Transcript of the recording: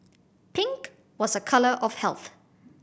pink was a colour of health